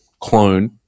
clone